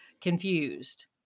confused